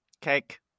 Cake